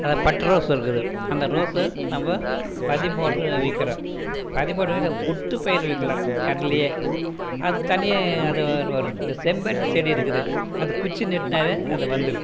அதை bud rose இருக்குது அந்த ரோஸு நம்ம பதியம் போட்டு வைக்கிறோம் பதியம் போட்டுனால் ஒட்டு போட்டு வைக்கலாம் அதிலயே அது தனியாக அது வரும் இந்த செம்பருத்தி செடி இருக்குது அது குச்சி நட்டாலே வந்துடும்